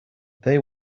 they